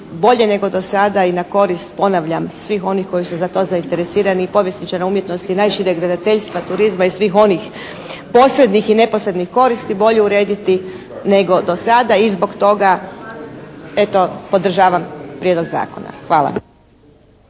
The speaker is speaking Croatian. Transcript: bolje nego do sada i na korist ponavljam svih onih koji su za to zainteresirani i povjesničare umjetnosti i najviše … /Govornica se ne razumije./ … graditeljstva, turizma i svih onih posrednih i neposrednih koristi bolje urediti nego do sada. I zbog toga eto podržavam prijedlog zakona. Hvala.